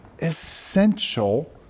essential